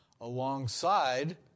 alongside